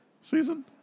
season